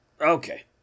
Okay